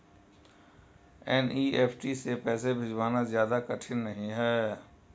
NEFT से पैसे भिजवाना ज्यादा कठिन नहीं है